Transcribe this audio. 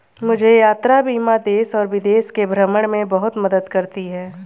मुझे यात्रा बीमा देश और विदेश के भ्रमण में बहुत मदद करती है